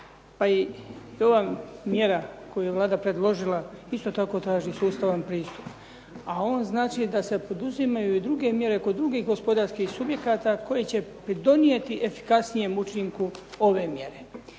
Pa i ova mjera koju je mjera predložila isto tako traži sustavan pristup, a on znači da se poduzimaju i druge mjere kod drugih gospodarskih subjekata koje će pridonijeti efikasnijem učinku ove mjere.